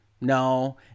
no